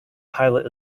pilot